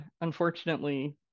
unfortunately